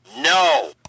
no